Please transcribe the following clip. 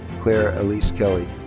claire elise kelly.